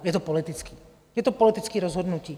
Je to politické, je to politické rozhodnutí.